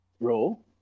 role